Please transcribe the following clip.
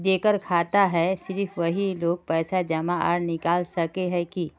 जेकर खाता है सिर्फ वही लोग पैसा जमा आर निकाल सके है की?